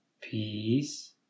Peace